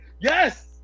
yes